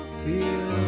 feel